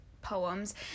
poems